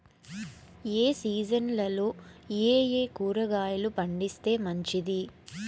ఏ సీజన్లలో ఏయే కూరగాయలు పండిస్తే మంచిది